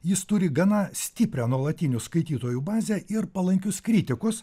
jis turi gana stiprią nuolatinių skaitytojų bazę ir palankius kritikus